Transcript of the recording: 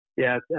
Yes